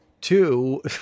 two